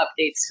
updates